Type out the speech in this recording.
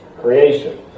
Creation